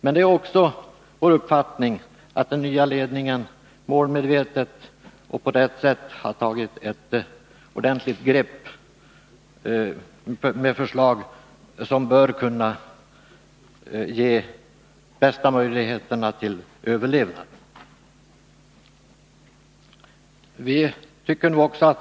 Men det är också vår uppfattning att den nya ledningen målmedvetet och på rätt sätt har tagit ett ordentligt grepp, med förslag som bör kunna ge de bästa möjligheterna till överlevnad.